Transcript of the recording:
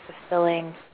fulfilling